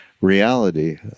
reality